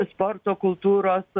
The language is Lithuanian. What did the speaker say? sporto kultūros